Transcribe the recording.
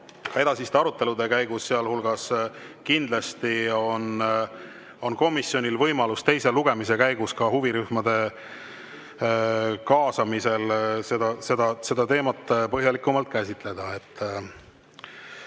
edasiste arutelude käigus, sealhulgas kindlasti on komisjonil võimalus teise lugemise käigus ka huvirühmade kaasamisel seda teemat põhjalikumalt käsitleda.